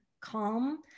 calm